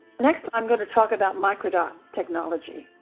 next, i'm going to talk about microdot technology.